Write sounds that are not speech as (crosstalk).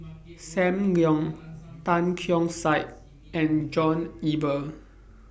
(noise) SAM Leong Tan Keong Saik and John Eber